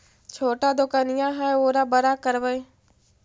छोटा दोकनिया है ओरा बड़ा करवै?